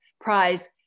prize